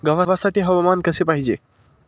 गव्हासाठी हवामान कसे पाहिजे?